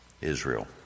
Israel